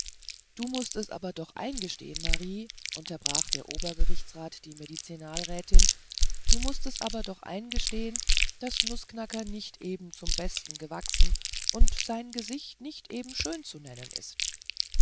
du mußt es aber doch eingestehen marie unterbrach der obergerichtsrat die medizinalrätin du mußt es aber doch eingestehen daß nußknacker nicht eben zum besten gewachsen und sein gesicht nicht eben schön zu nennen ist